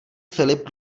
filip